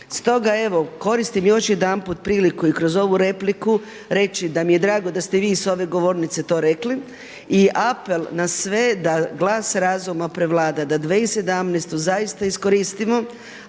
Stoga evo koristim još jedanput priliku i kroz ovu repliku reći da mi je drago da ste i vi sa ove govornice to rekli. I apel na sve da glas razuma prevlada, da 2017. zaista iskoristimo